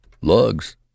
Lugs